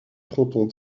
fronton